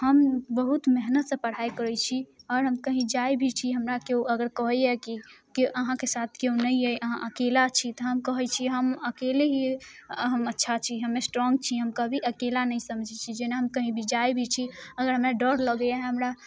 आओर हम बहुत मेहनतसँ पढ़ाइ करै छी आओर हम कहीं जाइ भी छी अगर हमरा केओ कहै भी यऽ कि अहाँके साथ केओ नहि अइ अहाँ अकेला छी तऽ हम कहै छियै अकेले ही हम अच्छा छी हम स्ट्रोॉग छी हम कभी अकेला नहि समझै छी जेना हम कहीं भी जाइ भी छी अगर हमरा डर लगैए हमरा